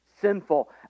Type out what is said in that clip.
sinful